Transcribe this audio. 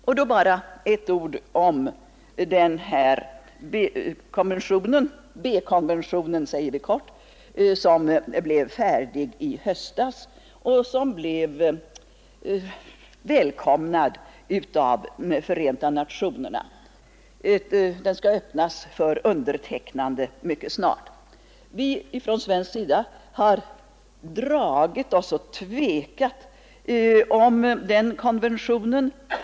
Jag vill bara säga några få ord om den nämnda konventionen — vi kallar den helt kort B-konventionen — som blev färdig i höstas och som blev välkomnad av Förenta nationerna. Den skall öppnas för underteck nande mycket snart. Vi har på svenskt håll dragit oss och tvekat inför denna konvention.